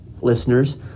listeners